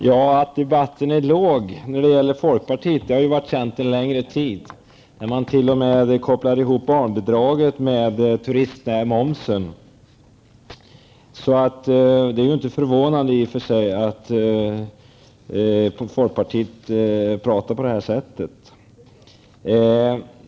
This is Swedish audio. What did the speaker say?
Herr talman! Ja, det har varit känt en längre tid att debatten är låg när det gäller folkpartiet. Man kopplar t.o.m. ihop barnbidraget med turistmomsen. Det är i och för sig inte förvånande att folkpartiet talar på det här sättet.